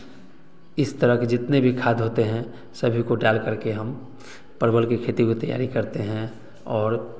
इस तरह के जितने भी खाद होते हैं सभी को डाल करके हम परवल की खेती की तैयारी करते हैं और